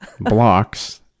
blocks